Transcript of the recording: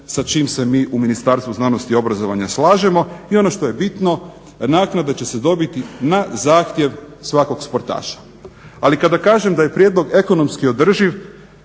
sa čime se mi u Ministarstvu znanosti i obrazovanja slažemo. I ono što je bitno, naknada će se dobiti na zahtjev svakog sportaša. Ali kada kažem da je prijedlog ekonomski održiv,